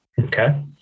Okay